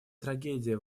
трагедия